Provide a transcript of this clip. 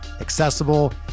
accessible